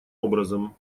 образом